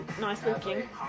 nice-looking